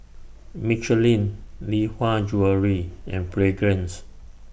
Michelin Lee Hwa Jewellery and Fragrance